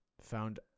found